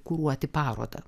kuruoti parodą